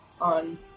on